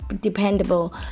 dependable